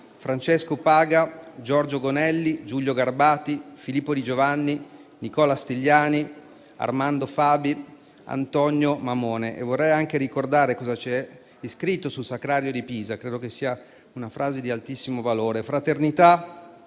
Francesco Paga, Giorgio Gonelli, Giulio Garbati, Filippo Di Giovanni, Nicola Stigliani, Armando Fabi e Antonio Mamone. Vorrei anche ricordare cosa è scritto sul Sacrario di Pisa, che credo sia una frase di altissimo valore: Fraternità